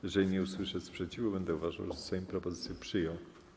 Jeżeli nie usłyszę sprzeciwu, będę uważał, że Sejm propozycję przyjął.